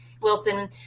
Wilson